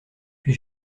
puis